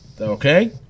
Okay